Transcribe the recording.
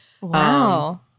Wow